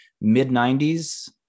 mid-90s